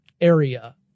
area